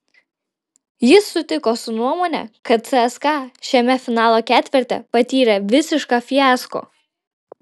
jis sutiko su nuomone kad cska šiame finalo ketverte patyrė visišką fiasko